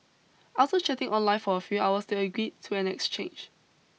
after chatting online for a few hours they agreed to an exchange